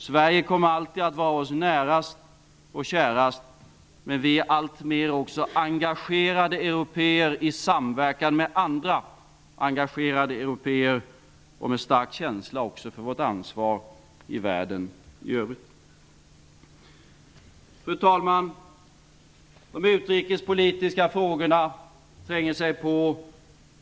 Sverige kommer alltid att vara oss närast och kärast. Men vi är alltmer också engagerade européer i samverkan med andra engagerade européer och med stark känsla även för vårt ansvar i världen i övrigt. Fru talman! De utrikespolitiska frågorna tränger sig på.